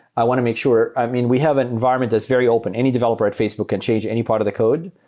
i want to make sure i mean, we have an environment that's very open. any developer at facebook can change any part of the code.